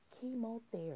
chemotherapy